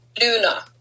Luna